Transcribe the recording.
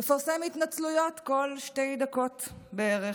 מפרסם התנצלויות בכל שתי דקות בערך,